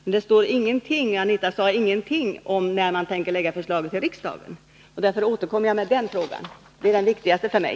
Anita Gradin säger ingenting om när regeringen tänker lämna förslaget till riksdagen. Därför återkommer jag med den frågan, som är den viktigaste för mig.